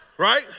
Right